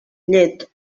llet